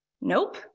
Nope